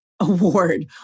award